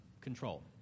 control